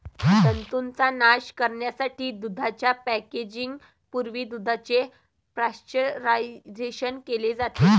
जंतूंचा नाश करण्यासाठी दुधाच्या पॅकेजिंग पूर्वी दुधाचे पाश्चरायझेशन केले जाते